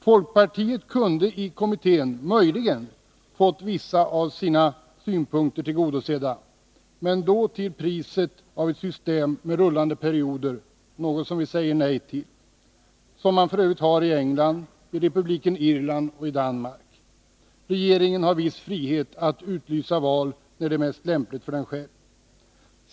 Folkpartiet kunde i kommittén möjligen ha fått vissa av sina synpunkter tillgodosedda, men då till priset av ett system med ”rullande” perioder, något som vi säger nej till. Detta är ett system som man f. ö. har i England, i republiken Irland och i Danmark. Regeringarna där har viss frihet att utlysa val när det är mest lägligt för dem själva.